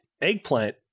eggplant